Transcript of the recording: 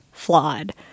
flawed